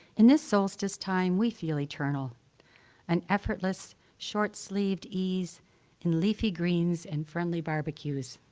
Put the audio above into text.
in this solstice time we feel eternal an effortless short-sleeved ease in leafy greens and friendly barbecues.